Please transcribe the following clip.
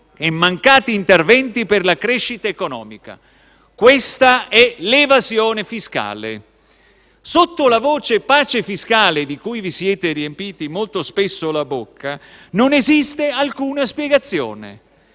e mancati interventi per la crescita economica. Questa è l'evasione fiscale. Sotto la voce pace fiscale, di cui vi siete riempiti molto spesso la bocca, non esiste alcuna spiegazione.